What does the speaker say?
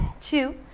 two